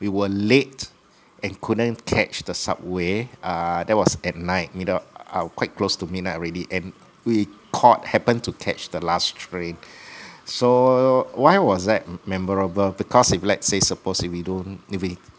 we were late and couldn't catch the subway err that was at night middle uh quite close to midnight already and we caught happen to catch the last train so why was that memorable because suppose if let's say suppose if we don't if we